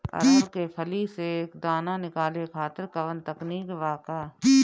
अरहर के फली से दाना निकाले खातिर कवन तकनीक बा का?